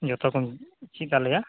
ᱡᱚᱛᱚ ᱪᱮᱫ ᱟᱞᱮᱭᱟ